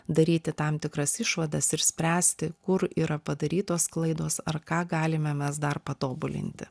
daryti tam tikras išvadas ir spręsti kur yra padarytos klaidos ar ką galime mes dar patobulinti